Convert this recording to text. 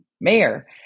mayor